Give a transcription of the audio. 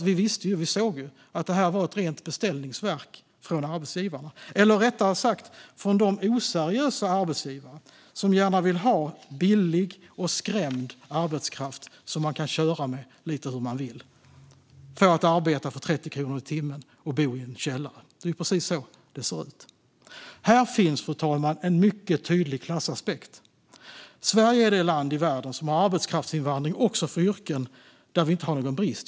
Vi visste och såg att det var ett rent beställningsverk från arbetsgivarna, rättare sagt från de oseriösa arbetsgivare som gärna vill ha billig och skrämd arbetskraft som man kan köra med lite hur man vill, få att arbeta för 30 kronor i timmen och låta bo i en källare. Det är precis så det ser ut. Fru talman! Här finns en mycket tydlig klassaspekt. Sverige är det enda landet i världen som har arbetskraftsinvandring också för yrken där vi inte har någon brist.